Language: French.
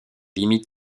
limites